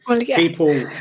people